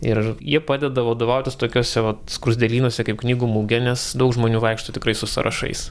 ir jie padeda vadovautis tokiuose vat skruzdėlynuose kaip knygų mugė nes daug žmonių vaikšto tikrai su sąrašais